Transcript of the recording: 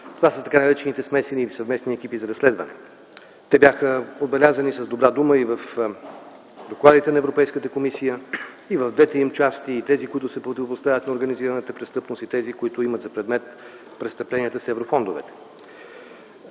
това са тъй наречените смесени или съвместни екипи за разследване. Те бяха отбелязани с добра дума и в докладите на Европейската комисия, и в двете им части – тези, които се противопоставят на организираната престъпност, и тези, които имат за предмет престъпленията с еврофондовете.